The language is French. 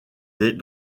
des